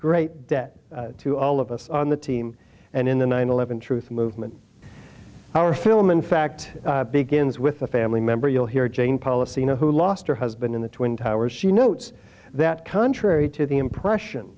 great great debt to all of us on the team and in the nine eleven truth movement our film in fact begins with a family member you'll hear jane policy know who lost her husband in the twin towers she notes that contrary to the impression